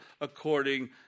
according